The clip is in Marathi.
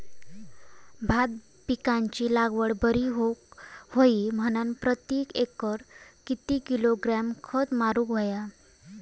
भात पिकाची लागवड बरी होऊक होई म्हणान प्रति एकर किती किलोग्रॅम खत मारुक होया?